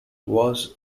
was